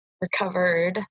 Recovered